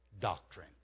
doctrine